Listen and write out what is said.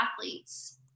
athletes